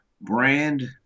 brand